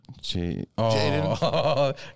Jaden